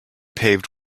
paved